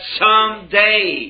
someday